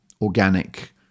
organic